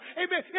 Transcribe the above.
amen